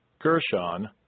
Gershon